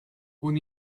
una